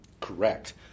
Correct